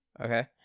Okay